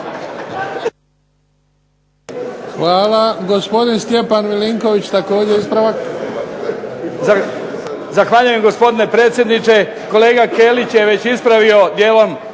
Hvala. Gospodin Stjepan MIlinković, također ispravak. **Milinković, Stjepan (HDZ)** Zahvaljujem gospodine predsjedniče, kolega Kelić je već ispravio dijelom